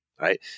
Right